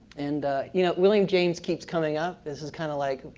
and you know william james keeps coming up. this is kinda like,